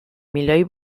milioi